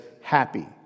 happy